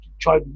try